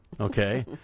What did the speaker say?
Okay